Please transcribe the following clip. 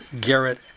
Garrett